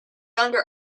under